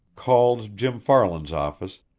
called jim farland's office,